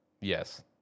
Yes